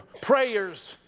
prayers